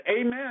Amen